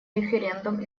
референдум